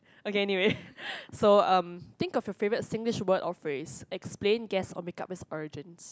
okay anyway so um think of your favourite Singlish word or phrase explain guess or make up its origins